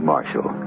Marshall